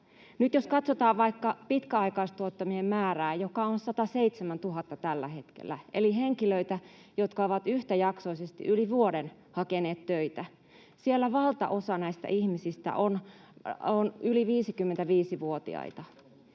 Nyt jos katsotaan vaikka pitkäaikaistyöttömien määrää, joka on tällä hetkellä 107 000 — eli henkilöitä, jotka ovat yhtäjaksoisesti yli vuoden hakeneet töitä — niin valtaosa näistä ihmisistä on yli 55-vuotiaita.